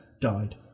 died